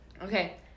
Okay